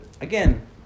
again